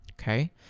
okay